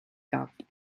cap